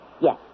Yes